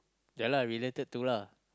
ya lah related to lah